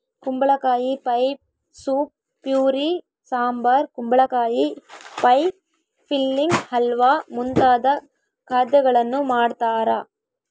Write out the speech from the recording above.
ಕುಂಬಳಕಾಯಿ pie soup puree sambar ಕುಂಬಳಕಾಯಿ pie filling halwa ಮುಂತಾದ ಖಾದ್ಯಗಳನ್ನು ಮಾಡ್ತಾರ